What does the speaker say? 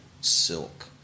silk